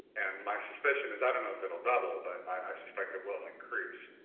and my suspicion is, i don't know if it will double but i suspect it will increase,